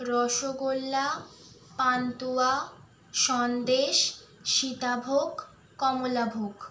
rasgulla pantua sandesh sitabhog কমলাভোগ